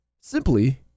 simply